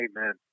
Amen